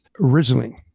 originally